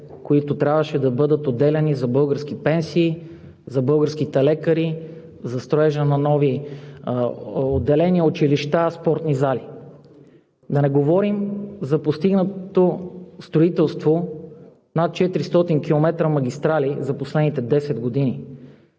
които трябваше да бъдат отделяни за български пенсии, за българските лекари, за строежа на нови отделения, училища, спортни зали. Да не говорим за постигнатото строителство – над 400 км магистрали за последните десет години,